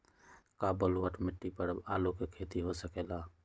का बलूअट मिट्टी पर आलू के खेती हो सकेला?